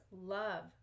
love